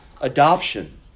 adoption